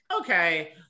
okay